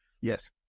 Yes